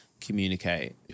communicate